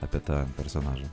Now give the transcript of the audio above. apie tą personažą